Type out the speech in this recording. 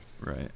Right